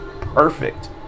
perfect